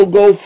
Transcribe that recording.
go